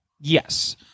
Yes